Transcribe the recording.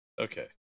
Okay